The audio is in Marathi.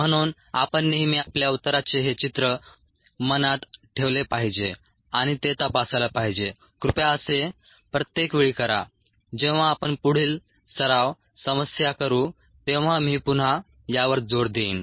म्हणून आपण नेहमी आपल्या उत्तराचे हे चित्र मनात ठेवले पाहिजे आणि ते तपासायला पाहिजे कृपया असे प्रत्येक वेळी करा जेव्हा आपण पुढील सराव समस्या करू तेव्हा मी पुन्हा यावर जोर देईन